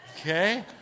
okay